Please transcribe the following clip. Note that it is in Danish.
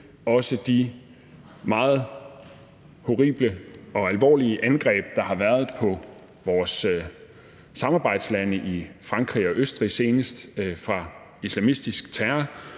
også de meget horrible og alvorlige angreb, der har været på vores samarbejdslande, Frankrig og Østrig senest, fra islamistisk terror,